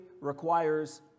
requires